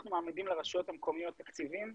אנחנו מעמידים לרשויות המקומיות תקציבים,